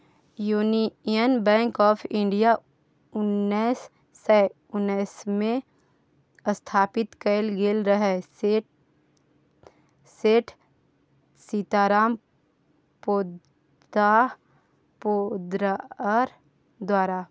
union bank of India उन्नैस सय उन्नैसमे स्थापित कएल गेल रहय सेठ सीताराम पोद्दार द्वारा